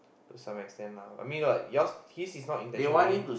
to some extent lah I mean what yours his is not intentionally